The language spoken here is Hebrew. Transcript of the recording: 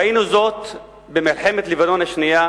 ראינו זאת במלחמת לבנון השנייה